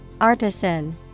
Artisan